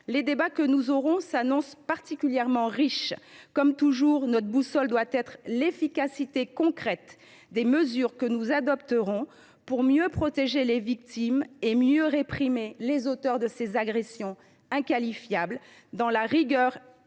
Nos débats s’annoncent particulièrement riches. Comme toujours, notre boussole doit être l’efficacité concrète des mesures que nous adopterons pour mieux protéger les victimes et mieux réprimer les auteurs de ces agressions inqualifiables, dans la rigueur